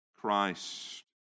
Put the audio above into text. Christ